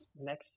next